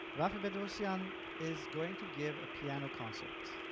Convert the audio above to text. raffi bedrosian is going to give a piano concert.